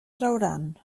trauran